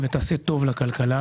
נכונות לתיקון מערכת המשפט,